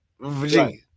Virginia